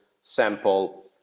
sample